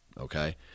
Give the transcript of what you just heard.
okay